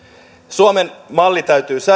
suomen malli